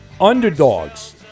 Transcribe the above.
underdogs